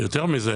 יותר מכך,